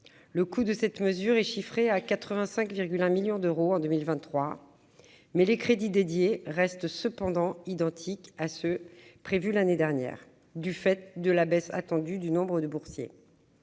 Le coût de cette mesure est chiffré à 85,1 millions d'euros en 2023, mais les crédits dédiés restent identiques à ceux qui étaient prévus l'année dernière, du fait de la baisse attendue du nombre d'étudiants